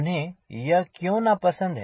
उन्हें यह क्यों ना पसंद है